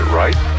right